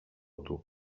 του